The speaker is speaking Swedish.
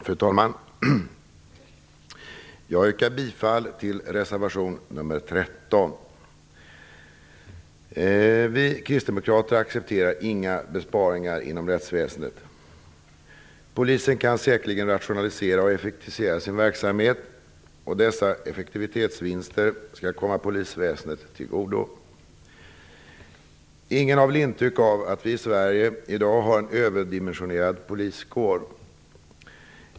Fru talman! Jag yrkar bifall till reservation 13. Vi kristdemokrater accepterar inga besparingar inom rättsväsendet. Polisen kan säkerligen rationalisera och effektivisera sin verksamhet. Dessa effektiviseringsvinster skall komma polisväsendet till godo. Ingen har väl intryck av att vi i Sverige i dag har en överdimensionerad poliskår.